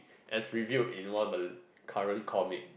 as revealed in one of the current comic